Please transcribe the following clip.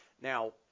Now